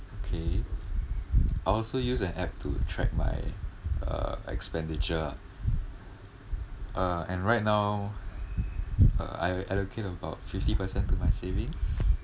okay I also use an app to track my uh expenditure lah uh and right now uh I allocate about fifty percent to my savings